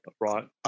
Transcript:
right